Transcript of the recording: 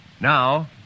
Now